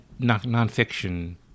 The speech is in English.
nonfiction